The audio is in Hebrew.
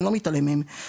אני לא מתעלם מהן.